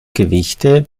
gewichte